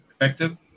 effective